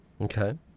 Okay